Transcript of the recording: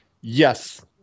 Yes